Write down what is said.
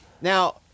Now